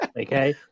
okay